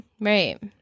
Right